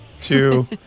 Two